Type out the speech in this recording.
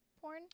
porn